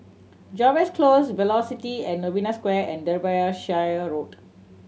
Jervois Close Velocity at Novena Square and Derbyshire Road